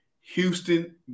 Houston